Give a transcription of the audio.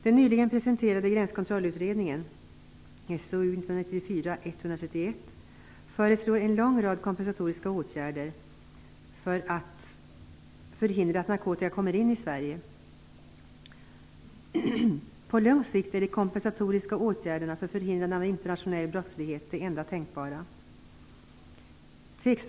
SOU 1994:131, föreslår en lång rad kompensatoriska åtgärder för att förhindra att narkotika kommer in i Sverige. På lång sikt är de kompensatoriska åtgärderna för förhindrande av internationell brottslighet det enda tänkbara.